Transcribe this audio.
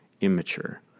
immature